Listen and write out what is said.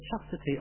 chastity